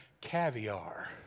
caviar